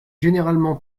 généralement